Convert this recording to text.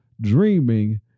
dreaming